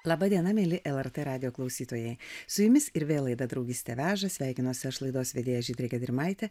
laba diena mieli lrt radijo klausytojai su jumis ir vėl laida draugystė veža sveikinosi aš laidos vedėja žydrė gedrimaitė